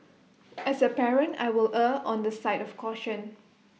as A parent I will err on the side of caution